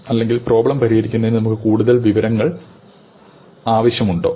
അല്ലെങ്കിൽ പ്രോബ്ളം പരിഹരിക്കുന്നതിന് നമുക്ക് കൂടുതൽ വിവരങ്ങൾ ആവശ്യമുണ്ടോ